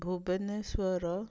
Bhubaneswar